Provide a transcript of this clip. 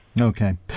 Okay